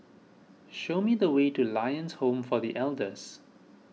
show me the way to Lions Home for the Elders